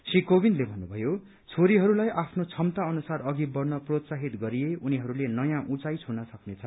श्री कोविन्दले भन्नुभयो छोरीहरूलाई आफ्नो क्षमता अनुसार अघि बढ़न प्रोत्साहित गरिए उनीहरूले नयाँ उचाइ छुन सक्नेछ